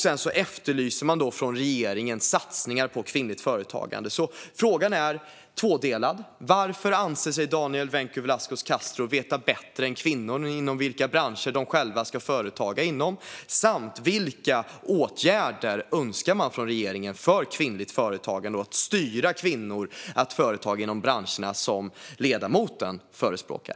Sedan efterlyser de satsningar från regeringen på kvinnligt företagande. Frågan är tvådelad: Varför anser sig Daniel Vencu Velasquez Castro veta bättre än kvinnor inom vilka branscher som de ska driva företag, och vilka åtgärder önskar ni från regeringen för kvinnligt företagande för att styra kvinnor att driva företag inom branscher som ledamoten förespråkar?